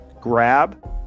Grab